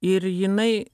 ir jinai